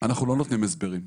אנחנו לא נותנים הסברים.